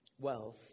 Wealth